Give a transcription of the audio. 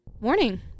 Morning